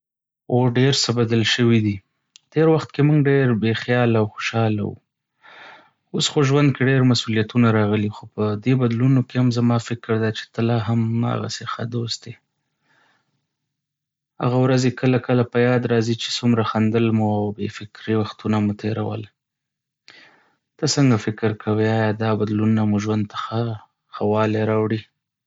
هو، ډېر څه بدل شوي دي. تېر وخت کې موږ ډېر بېخیاله او خوشحاله وو، اوس خو ژوند کې ډېر مسؤلیتونه راغلي. خو په دې بدلونو کې هم زما فکر دی چې ته لا هم هماغسې ښه دوست يې. هغه ورځې کله کله په یاد راځي چې څومره خندل مو او بې فکري وختونه مو تیرول. ته څنګه فکر کوې، ایا دا بدلونونه مو ژوند ته ښه والی راوړی؟